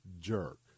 Jerk